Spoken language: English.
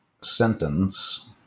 sentence